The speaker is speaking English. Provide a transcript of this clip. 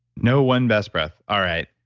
no one best breath. all right.